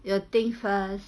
you'll think first